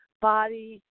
body